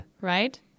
Right